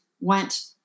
went